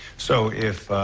so if, ah,